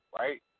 right